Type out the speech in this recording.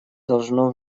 должно